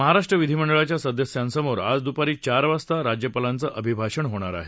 महाराष्ट्र विधीमंडळाच्या सदस्यांसमोर आज दुपारी चार वाजता राज्यपालांचं अभिभाषण होणार आहे